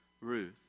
Ruth